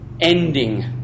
ending